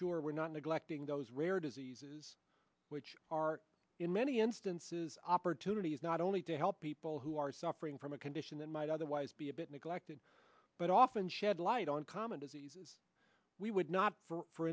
sure we're not neglecting those rare diseases which are in many instances opportunities not only to help people who are suffering from a condition that might otherwise be a bit neglected but often shed light on common diseases we would not for